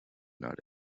not